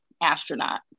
Astronaut